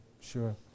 Sure